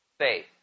faith